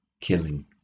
killing